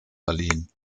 verliehen